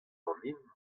ganin